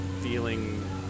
feeling